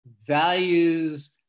values